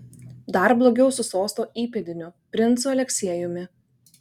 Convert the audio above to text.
dar blogiau su sosto įpėdiniu princu aleksiejumi